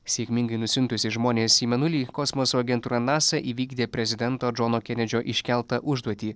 sėkmingai nusiuntusi žmones į mėnulį kosmoso agentūra nasa įvykdė prezidento džono kenedžio iškeltą užduotį